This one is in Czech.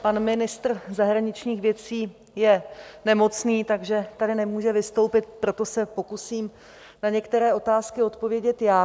Pan ministr zahraničních věcí je nemocný, takže tady nemůže vystoupit, proto se pokusím některé otázky odpovědět já.